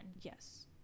Yes